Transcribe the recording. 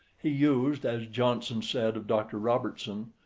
he used, as johnson said of dr. robertson,